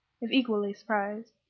if equally surprised.